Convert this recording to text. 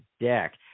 deck